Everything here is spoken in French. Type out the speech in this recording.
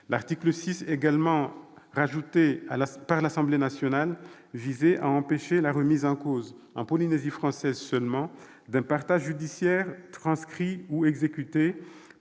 L'article 6, également ajouté à l'Assemblée nationale, tendait à empêcher la remise en cause, en Polynésie française seulement, d'un partage judiciaire transcrit ou exécuté